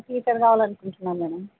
teacher కావాలనుకుంటున్నాను madam